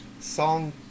Song